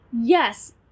yes